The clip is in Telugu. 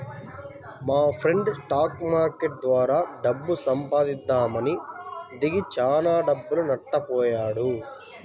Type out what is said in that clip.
మాఫ్రెండు స్టాక్ మార్కెట్టు ద్వారా డబ్బు సంపాదిద్దామని దిగి చానా డబ్బులు నట్టబొయ్యాడు